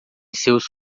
seus